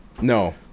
no